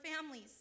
families